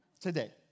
today